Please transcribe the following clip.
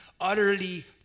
utterly